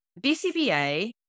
BCBA